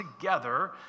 together